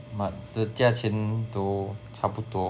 but the 价钱都差不多